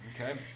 okay